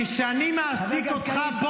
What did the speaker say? השר --- לבקשה של --- כי כשאני מעסיק אותך פה,